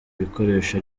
bikoresho